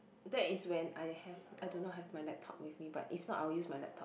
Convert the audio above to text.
that is when I have I do not have my laptop with me but if not I will use my laptop